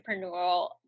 Entrepreneurial